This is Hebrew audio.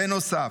בנוסף,